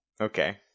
okay